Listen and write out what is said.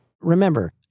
Remember